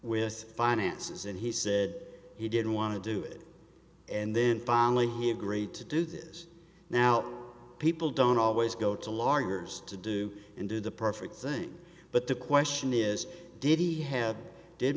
with finances and he said he didn't want to do it and then finally he agreed to do this now people don't always go to larders to do and do the perfect thing but the question is did he have did